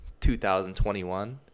2021